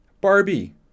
Barbie